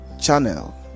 channel